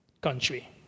country